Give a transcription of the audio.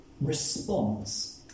response